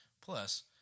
Plus